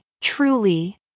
Truly